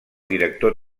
director